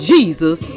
Jesus